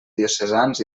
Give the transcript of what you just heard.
diocesans